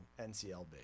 NCLB